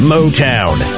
Motown